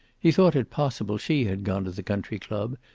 he thought it possible she had gone to the country club,